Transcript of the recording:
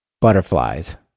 butterflies